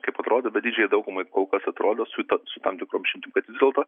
kaip atrodo bet didžiajai daugumai kol kas atrodo su ta su tam tikrom išimtim kad vis dėlto